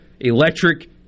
electric